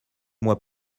mois